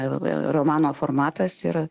romano formatas ir